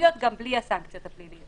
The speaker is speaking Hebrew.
הנורמטיביות גם בלי הסנקציות הפליליות.